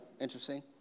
interesting